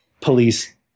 police